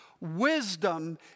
wisdom